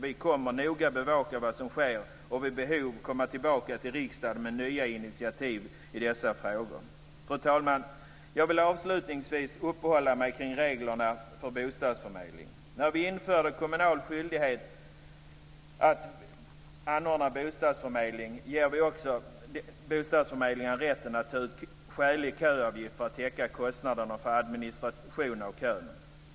Vi kommer noga att bevaka vad som sker, och vid behov komma tillbaka till riksdagen med nya initiativ i dessa frågor. Fru talman! Jag vill avslutningsvis uppehålla mig kring reglerna för bostadsförmedling. När vi inför kommunal skyldighet att anordna bostadsförmedling ger vi också bostadsförmedlingen rätten att ta ut skälig köavgift för att täcka kostnaderna för administration av kön.